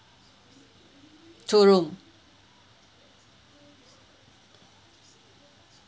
two room